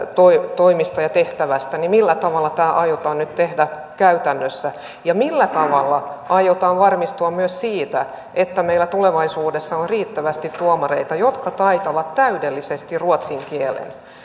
toimista ja tehtävästä niin millä tavalla tämä aiotaan nyt tehdä käytännössä ja millä tavalla aiotaan varmistua myös siitä että meillä tulevaisuudessa on riittävästi tuomareita jotka taitavat täydellisesti ruotsin